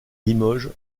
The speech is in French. limoges